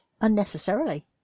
unnecessarily